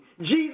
Jesus